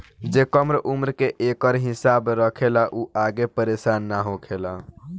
जे कम उम्र से एकर हिसाब रखेला उ आगे परेसान ना होखेला